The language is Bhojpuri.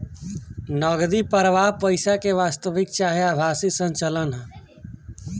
नगदी प्रवाह पईसा के वास्तविक चाहे आभासी संचलन ह